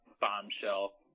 bombshell